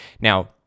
Now